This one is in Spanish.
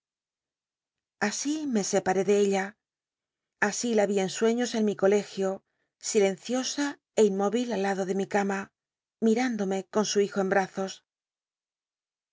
así me separé de ella así la en sueños en mi colegio silenciosa é inmóvil aliado de mi cama mirtindomc con su hijo en brazos